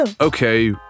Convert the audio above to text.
Okay